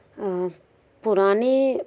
पुराने